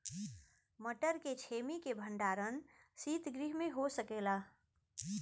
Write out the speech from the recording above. मटर के छेमी के भंडारन सितगृह में हो सकेला?